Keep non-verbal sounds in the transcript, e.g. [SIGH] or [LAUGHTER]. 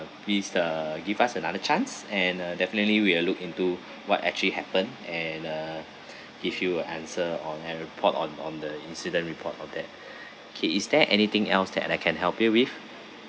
please uh give us another chance and uh definitely we will look into what actually happen and uh give you an answer on and report on on the incident report of that [BREATH] okay is there anything else that I can help you with